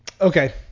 Okay